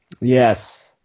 yes